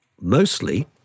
mostly